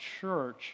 church